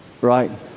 right